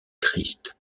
triste